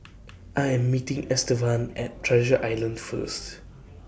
I Am meeting Estevan At Treasure Island First